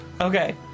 Okay